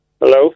hello